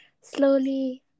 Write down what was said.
slowly